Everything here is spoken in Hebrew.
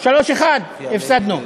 3:1 הפסדנו.